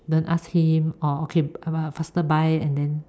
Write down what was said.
don't ask him oh okay uh faster buy and then